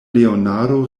leonardo